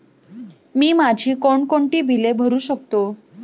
मी माझी कोणकोणती बिले भरू शकतो?